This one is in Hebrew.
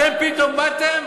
אתם פתאום באתם,